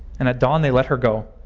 and at dawn they let her go.